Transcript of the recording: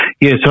Yes